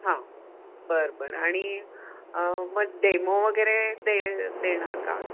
हां बरं बरं आणि मग डेमो वगैरे दे देणार का